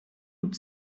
hut